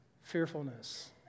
fearfulness